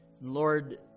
Lord